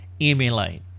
emulate